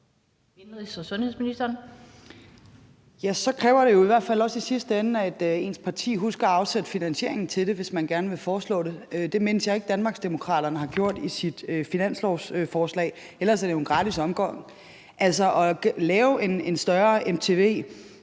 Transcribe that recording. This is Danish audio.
så kræver det jo i hvert fald også i sidste ende, at ens parti husker at afsætte finansieringen til det, hvis man gerne vil foreslå det. Det mindes jeg ikke at Danmarksdemokraterne har gjort i sit finanslovsforslag. Ellers er det jo en gratis omgang. At lave en større mtv